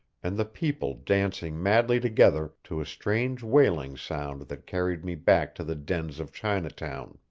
and the people dancing madly together to a strange wailing sound that carried me back to the dens of chinatown.